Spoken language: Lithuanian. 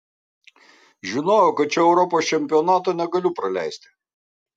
žinojau kad šio europos čempionato negaliu praleisti